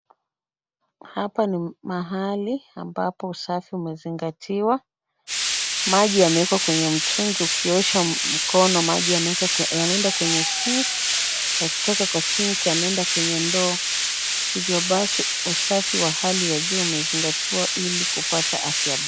Hapa ni mahali ambapo usafi umezingatiwa, maji yamewekwa kwenye mtungi ukiosha mkono maji yanaenda kwenye sink yakitoka kwa sink yanaenda kwenye ndoo hivyo basi usafi wa hali ya juu umezingatiwa ili kupata afya bora.